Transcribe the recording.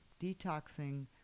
detoxing